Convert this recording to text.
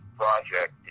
project